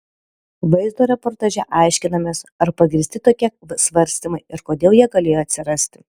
vaizdo reportaže aiškinamės ar pagrįsti tokie svarstymai ir kodėl jie galėjo atsirasti